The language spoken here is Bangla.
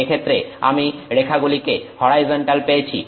এক্ষেত্রে আমি রেখাগুলিকে হরাইজন্টাল পেয়েছি